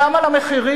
גם על המחירים,